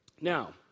Now